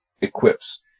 equips